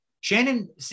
shannon